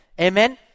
Amen